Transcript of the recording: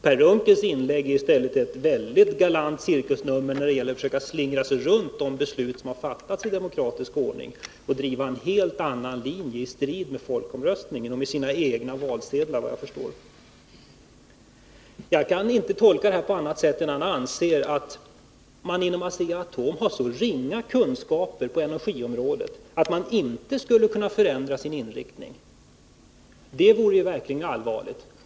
Per Unckels inlägg är ett mycket galant cirkusnummer när det gäller att försöka slingra sig runt de beslut som har fattats i demokratisk ordning och driva en helt annan linje i strid med folkomröstningen och med sina egna valsedlar i folkomröstningen. Jag kan inte tolka detta på annat sätt än att han anser att man inom Asea-Atom har så ringa kunskaper på energiområdet att man inte kan förändra sin inriktning. Det vore verkligen allvarligt.